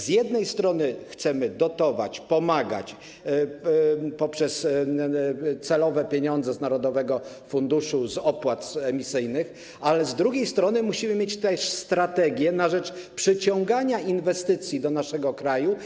Z jednej strony chcemy dotować, pomagać poprzez celowe dotacje z narodowego funduszu, z opłat emisyjnych, ale z drugiej strony musimy też mieć strategię na rzecz przyciągania inwestycji do naszego kraju.